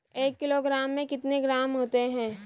एक किलोग्राम में कितने ग्राम होते हैं?